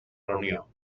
reunió